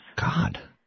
God